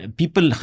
people